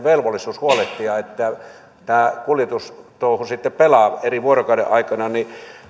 velvollisuus huolehtia että tämä kuljetustouhu sitten pelaa eri vuorokaudenaikoina ja